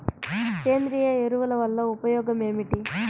సేంద్రీయ ఎరువుల వల్ల ఉపయోగమేమిటీ?